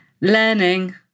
learning